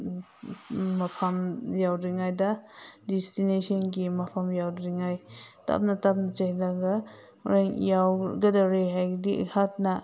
ꯃꯐꯝ ꯌꯧꯗ꯭ꯔꯤꯉꯩꯗ ꯗꯦꯁꯇꯤꯅꯦꯁꯟꯒꯤ ꯃꯐꯝ ꯌꯧꯗ꯭ꯔꯤꯉꯩ ꯇꯞꯅ ꯇꯞꯅ ꯆꯦꯜꯂꯒ ꯍꯣꯔꯦꯟ ꯌꯧꯒꯗꯧꯔꯦ ꯍꯥꯏꯔꯗꯤ ꯑꯩꯍꯥꯛꯅ